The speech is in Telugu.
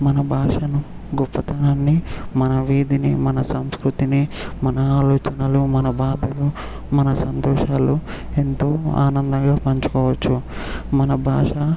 మన భాషను గొప్పతనాన్ని మన విధిని మన సంస్కృతిని మన ఆలోచనలు మన బాధలు మన సంతోషాలు ఎంతో ఆనందంగా పంచుకోవచ్చు మన భాష